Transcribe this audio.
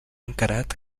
encarat